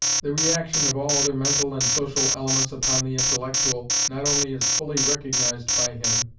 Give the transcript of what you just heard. the re-action of all other mental and social elements upon the intellectual not only is fully recognized by him,